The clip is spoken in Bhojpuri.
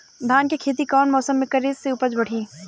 धान के खेती कौन मौसम में करे से उपज बढ़ी?